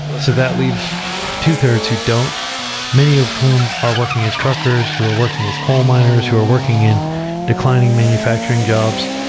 so that leaves two-thirds who don't many of whom are working as truckers, who are working as coal miners, or working in declining manufacturing jobs,